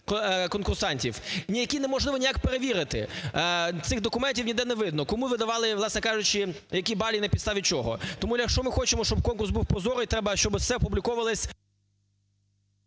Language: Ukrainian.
які неможливо ніяк перевірити. Цих документів ніде не видно: кому видавали, власне кажучи, які бали, на підставі чого. Тому якщо ми хочемо, щоб конкурс був прозорий, треба, щоби все опубліковувалося…